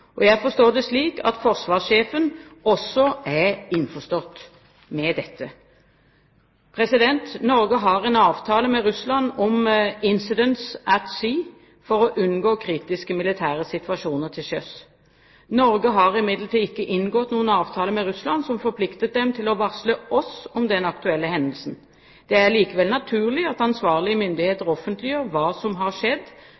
Jeg forstår det slik at forsvarssjefen også er innforstått med dette. Norge har en avtale med Russland om Incidents at Sea for å unngå kritiske militære situasjoner til sjøs. Norge har imidlertid ikke inngått noen avtale med Russland som forpliktet dem til å varsle oss om denne aktuelle hendelsen. Det er likevel naturlig at ansvarlige